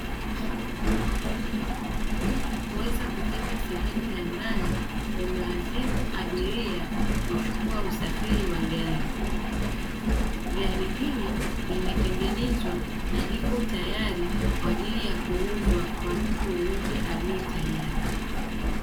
Ili kuweza kufika sehemu ya mbali humlazimu abiria kuchukua usafiri wa gari. Gari hili limetengenezwa na liko tayari kwa ajili ya kuuzwa kwa mtu yeyote aliye tayari.